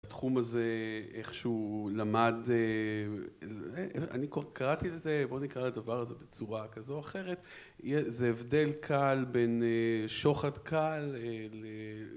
התחום הזה איכשהו למד אני קראתי לזה בוא נקרא לדבר הזה בצורה כזו או אחרת זה הבדל קהל בין שוחד קהל ל..